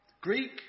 Greek